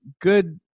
good